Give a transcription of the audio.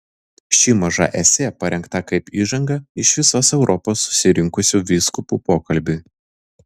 ši maža esė parengta kaip įžanga iš visos europos susirinkusių vyskupų pokalbiui